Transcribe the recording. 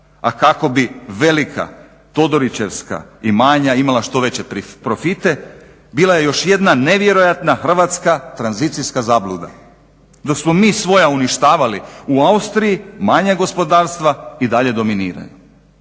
a kako vi velika todorićevska imanja imala što veće profite bila je još jedna nevjerojatna hrvatska tranzicijska zabluda. Dok smo mi svoje uništavali u Austriji manja gospodarstva i dalje dominiraju.